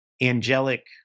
angelic